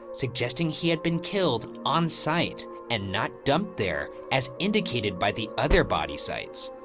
suggesting he had been killed on-site, and not dumped there, as indicated by the other body sites.